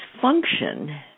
function